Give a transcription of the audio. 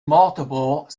multiple